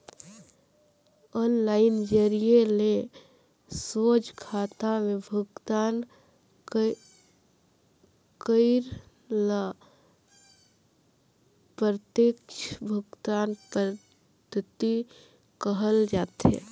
online जरिए ले सोझ खाता में भुगतान करई ल प्रत्यक्छ भुगतान पद्धति कहल जाथे